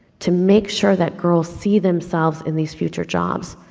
to make sure that girls see themselves in these future jobs,